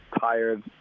tired